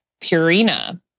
Purina